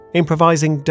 Improvising